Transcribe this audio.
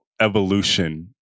evolution